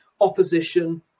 opposition